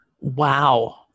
Wow